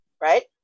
right